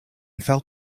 felt